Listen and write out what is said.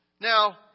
Now